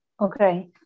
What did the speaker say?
Okay